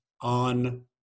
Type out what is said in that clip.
on